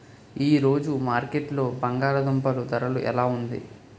ఈ రోజు మార్కెట్లో బంగాళ దుంపలు ధర ఎలా ఉంది?